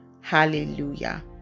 hallelujah